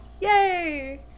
Yay